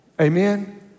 amen